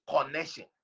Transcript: connection